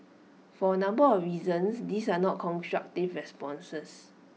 for A number of reasons these are not constructive responses